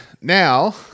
Now